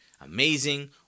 amazing